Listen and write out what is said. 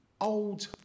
old